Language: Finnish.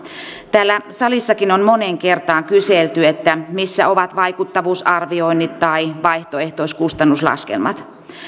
täällä salissakin on moneen kertaan kyselty että missä ovat vaikuttavuusarvioinnit tai vaihtoehtoiskustannuslaskelmat